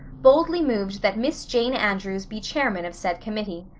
boldly moved that miss jane andrews be chairman of said committee.